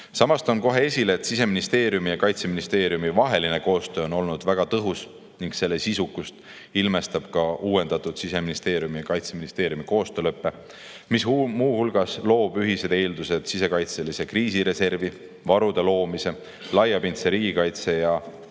Samas toon kohe esile, et Siseministeeriumi ja Kaitseministeeriumi koostöö on olnud väga tõhus ning selle sisukust ilmestab ka Siseministeeriumi ja Kaitseministeeriumi uuendatud koostöölepe, mis muu hulgas loob ühised eeldused sisekaitselise kriisireservi, varude loomise, laiapindse riigikaitse ja